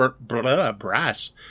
Brass